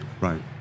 Right